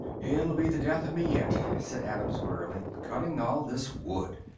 it'll be the death of me yet, said adams wearily, cutting all this wood.